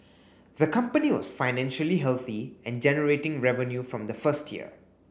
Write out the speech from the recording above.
the company was financially healthy and generating revenue from the first year